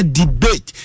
debate